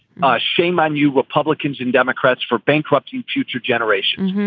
shame on you, republicans and democrats, for bankrupting future generations.